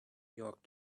york